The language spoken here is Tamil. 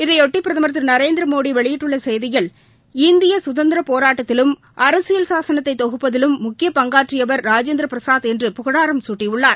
இதையொட்டிபிரதமர் திருநரேந்திரமோடிவெளியிட்டுள்ளசெய்தியில் இந்தியசுதந்திரப் போராட்டத்தில் அரசியல் சாசனத்தைதொகுப்பதிலும் முக்கிய பங்காற்றியவர் ராஜேந்திரபிரசாத் என்று புகழாரம் சூட்டியுள்ளார்